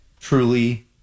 Truly